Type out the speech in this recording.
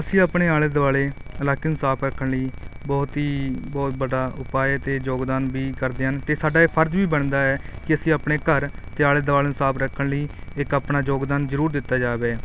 ਅਸੀਂ ਆਪਣੇ ਆਲੇ ਦੁਆਲੇ ਇਲਾਕੇ ਨੂੰ ਸਾਫ ਰੱਖਣ ਲਈ ਬਹੁਤ ਹੀ ਬਹੁਤ ਵੱਡੇ ਉਪਾਏ ਅਤੇ ਯੋਗਦਾਨ ਵੀ ਕਰਦੇ ਹਨ ਅਤੇ ਸਾਡਾ ਇਹ ਫਰਜ਼ ਵੀ ਬਣਦਾ ਹੈ ਕਿ ਅਸੀਂ ਆਪਣੇ ਘਰ ਅਤੇ ਆਲੇ ਦੁਆਲੇ ਨੂੰ ਸਾਫ ਰੱਖਣ ਲਈ ਇੱਕ ਆਪਣਾ ਯੋਗਦਾਨ ਜ਼ਰੂਰ ਦਿੱਤਾ ਜਾਵੇ